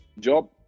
job